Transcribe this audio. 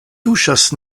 tuŝas